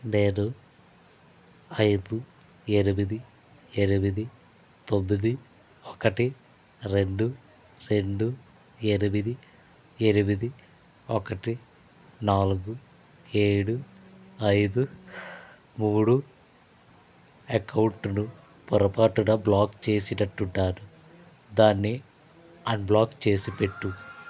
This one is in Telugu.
నేను ఐదు ఏడు ఎనిమిది ఎనిమిది తొమ్మిది ఒకటి రెండు రెండు ఎనిమిది ఎనిమిది ఒకటి నాలుగు ఏడు ఐదు మూడు అకౌంట్ను పొరపాటున బ్లాక్ చేసినట్టు ఉన్నాను దాన్ని అన్బ్లాక్ చేసి పెట్టు